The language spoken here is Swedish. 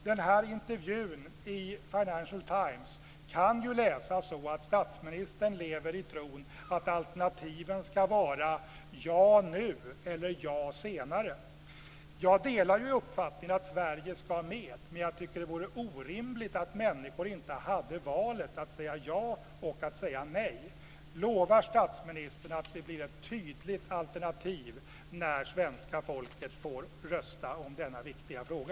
Den här intervjun i Financial Times kan ju läsas så att statsministern lever i tron att alternativen ska vara ja nu eller ja senare. Jag delar ju uppfattningen att Sverige ska vara med, men jag tycker att det vore orimligt att människor inte hade valet mellan att säga ja och att säga nej. Lovar statsministern att det blir tydliga alternativ när svenska folket får rösta om denna viktiga fråga?